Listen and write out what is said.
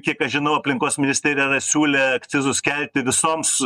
kiek aš žinau aplinkos ministerija siūlė akcizus kelti visoms